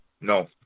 No